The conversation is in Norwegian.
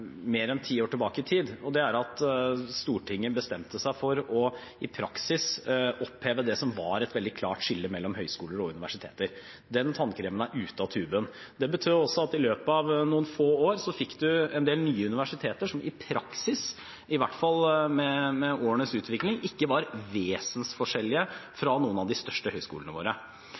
som var et veldig klart skille mellom høyskoler og universiteter. Den tannkremen er ute av tuben. Det betød også at man i løpet av noen få år fikk en del nye universiteter som i praksis, i hvert fall med årenes utvikling, ikke var vesensforskjellige fra noen av de største høyskolene våre.